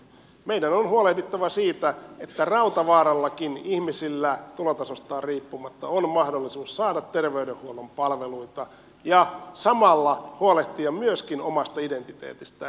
meidän on huolehdittava siitä että rautavaarallakin ihmisillä tulotasosta riippumatta on mahdollisuus saada ter veydenhuollon palveluita ja samalla huolehtia myöskin omasta identiteetistään